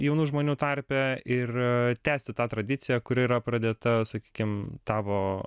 jaunų žmonių tarpe ir tęsti tą tradiciją kuri yra pradėta sakykim tavo